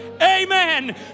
Amen